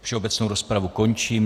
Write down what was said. Všeobecnou rozpravu končím.